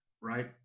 right